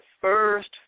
first